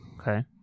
Okay